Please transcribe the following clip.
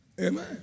Amen